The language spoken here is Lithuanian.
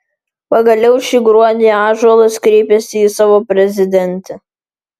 pagaliau šį gruodį ąžuolas kreipiasi į savo prezidentę